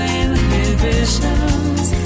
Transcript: inhibitions